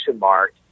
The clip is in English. mark